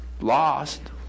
lost